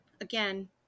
again